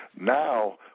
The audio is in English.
Now